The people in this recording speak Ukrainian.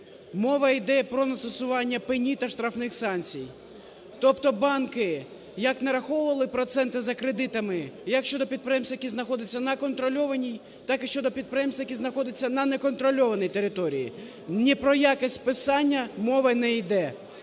Мова йде про застосування пені та штрафних санкцій. Тобто банки як нараховували проценти за кредитами як щодо підприємств, які знаходяться на контрольованій, так і щодо підприємств, які знаходяться неконтрольованій території. Ні про яке списання мова не йде.